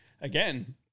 again